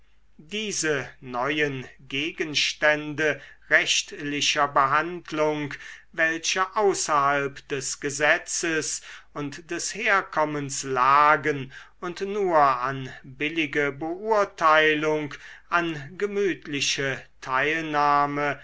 diese neuen gegenstände rechtlicher behandlung welche außerhalb des gesetzes und des herkommens lagen und nur an billige beurteilung an gemütliche teilnahme